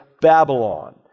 Babylon